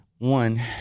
One